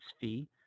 fee